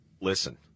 listen